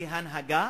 כהנהגה.